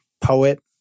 poet